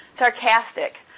Sarcastic